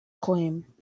claim